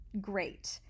great